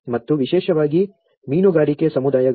ಮತ್ತು ವಿಶೇಷವಾಗಿ ಮೀನುಗಾರಿಕೆ ಸಮುದಾಯಗಳಲ್ಲಿ